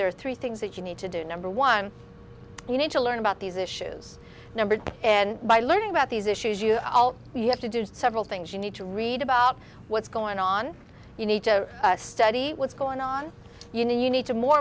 are three things that you need to do number one you need to learn about these issues number and by learning about these issues you you have to do several things you need to read about what's going on you need to study what's going on you know you need to more